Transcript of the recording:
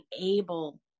able